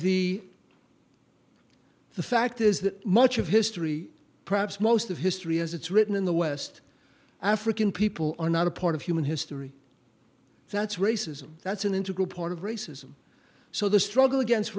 the the fact is that much of history perhaps most of history as it's written in the west african people are not a part of human history that's racism that's an integral part of racism so the struggle against